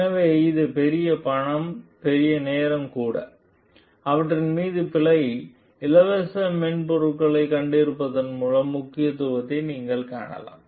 எனவே இது பெரிய பணம் பெரிய நேரமும் கூட அவற்றின் மீது பிழை இலவச மென்பொருளைக் கொண்டிருப்பதன் முக்கியத்துவத்தை நீங்கள் காணலாம்